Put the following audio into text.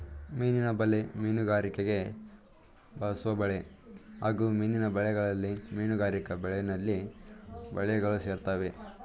ಮೀನಿನ ಬಲೆ ಮೀನುಗಾರಿಕೆಗೆ ಬಳಸೊಬಲೆ ಹಾಗೂ ಮೀನಿನ ಬಲೆಗಳಲ್ಲಿ ಮೀನುಗಾರಿಕಾ ಬಲೆ ನಳ್ಳಿ ಬಲೆಗಳು ಸೇರ್ತವೆ